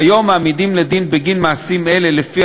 כיום מעמידים לדין בגין מעשים אלה לפי